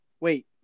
Wait